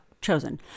chosen